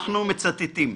אנחנו מצטטים.